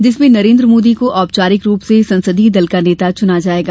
जिसमें नरेन्द्र मोदी को औपचारिक रूप से संसदीय दल का नेता चुना जाएगा